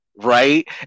right